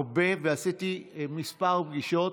הרבה, ועשיתי כמה פגישות,